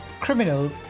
criminal